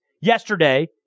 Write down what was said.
yesterday